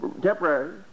temporary